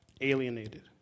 alienated